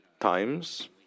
times